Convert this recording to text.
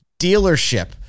dealership